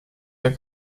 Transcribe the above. der